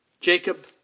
Jacob